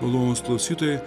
malonūs klausytojai